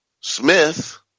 Smith